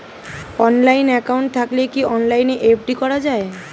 Online account থাকলে কি অনলাইনে এফ.ডি করা যায়?